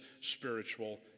spiritual